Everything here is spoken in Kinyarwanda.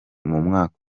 mwaka